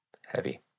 Heavy